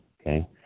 okay